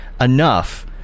enough